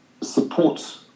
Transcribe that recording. support